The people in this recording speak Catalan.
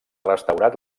restaurat